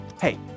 Hey